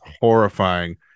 horrifying